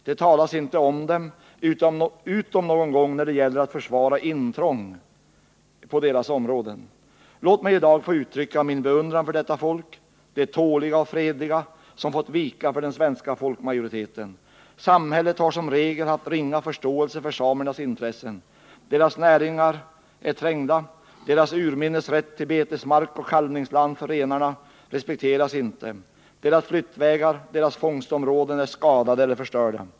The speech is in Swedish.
Det talas inte om dem utom någon gång när det gäller att försvara intrång på deras områden. Låg mig i dag få uttrycka min beundran för detta folk, det tåliga och fredliga, som fått vika för den svenska folkmajoriteten. Samhället har som regel haft ringa förståelse för samernas intressen. Deras näringar är trängda, deras urminnes rätt till betesmark och kalvningsland för renarna respekteras inte. Deras flyttvägar, deras fångstområden är skadade eller förstörda.